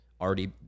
already